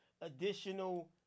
additional